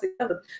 together